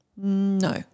No